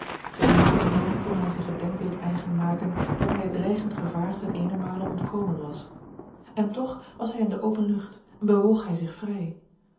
naauwernood kon hij zich het denkbeeld eigen maken dat hij het dreigend gevaar ten eenenmale ontkomen was en toch was hij in de open lucht en bewoog hij zich vrij